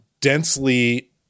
densely